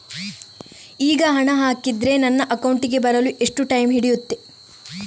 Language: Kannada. ಈಗ ಹಣ ಹಾಕಿದ್ರೆ ನನ್ನ ಅಕೌಂಟಿಗೆ ಬರಲು ಎಷ್ಟು ಟೈಮ್ ಹಿಡಿಯುತ್ತೆ?